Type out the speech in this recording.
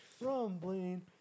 rumbling